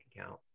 account